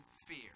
fear